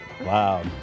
Wow